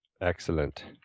excellent